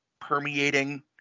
permeating